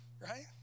right